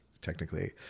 technically